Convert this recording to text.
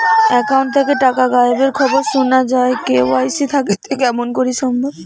Account থাকি টাকা গায়েব এর খবর সুনা যায় কে.ওয়াই.সি থাকিতে কেমন করি সম্ভব?